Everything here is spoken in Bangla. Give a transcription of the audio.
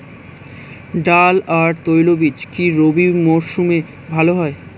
ডাল আর তৈলবীজ কি রবি মরশুমে ভালো হয়?